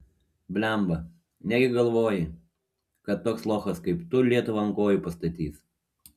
blemba negi galvoji kad toks lochas kaip tu lietuvą ant kojų pastatys